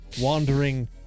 Wandering